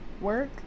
work